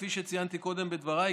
כפי שציינתי קודם בדבריי,